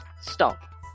stop